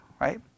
right